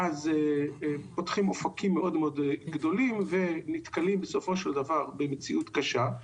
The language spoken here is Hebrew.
ואז פותחים אופקים מאוד מאוד גדולים ונתקלים בסופו של דבר במציאות קשה.